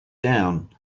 down